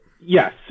yes